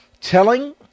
telling